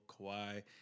Kawhi